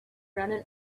random